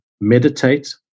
meditate